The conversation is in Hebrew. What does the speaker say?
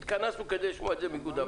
התכנסו ולו רק לשמוע את זה מאיגוד הבנקים,